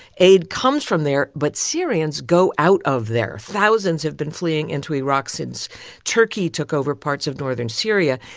aid comes from there, but syrians go out of there. thousands have been fleeing into iraq since turkey took over parts of northern syria.